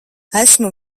esmu